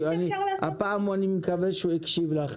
הפעם אני מקווה שהוא הקשיב לך.